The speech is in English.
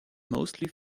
mostly